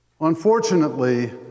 Unfortunately